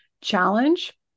challenge